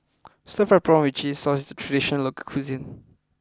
Stir Fried Prawn With Chili Sauce is a traditional local cuisine